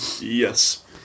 Yes